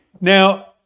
Now